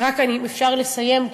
רק אם אפשר לסיים.